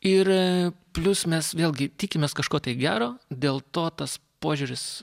ir plius mes vėlgi tikimės kažko tai gero dėl to tas požiūris